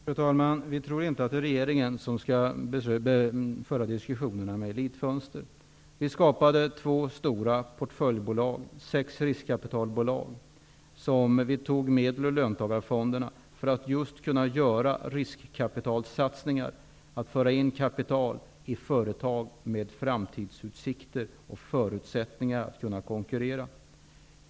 Fru talman! Vi tror inte att det är regeringen som skall föra diskussioner med Elit-Fönster. Vi har skapat två stora portföljbolag, sex riskkapitalbolag, för vilka vi tog medel från löntagarfonderna just för att kunna göra riskkapitalsatsningar när det gäller att föra in kapital i företag med framtidsutsikter och förutsättningar att konkurrera.